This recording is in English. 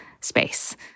space